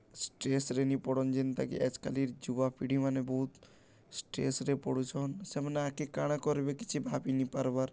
ଷ୍ଟ୍ରେସ୍ରେ ନିପଡ଼ନ୍ ଯେନ୍ତାକି ଆଏଜ୍ କାଲିର୍ ଯୁବପିଢ଼ିମାନେ ବହୁତ୍ ଷ୍ଟ୍ରେସ୍ରେ ପଡ଼ୁଛନ୍ ସେମାନେ ଆଗ୍କେ କାଣା କର୍ବେ କିଛି ଭାବିି ନିପାର୍ବାର୍